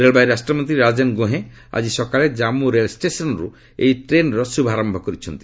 ରେଳବାଇ ରାଷ୍ଟ୍ରମନ୍ତ୍ରୀ ରାଜେନ୍ ଗୋହେଁ ଆଜି ସକାଳେ ଜାମ୍ମୁ ରେଳଷ୍ଟେସନ୍ରୁ ଏହି ଟ୍ରେନ୍ର ଶୁଭାରମ୍ଭ କରିଛନ୍ତି